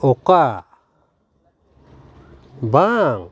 ᱚᱠᱟ ᱵᱟᱝ